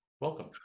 Welcome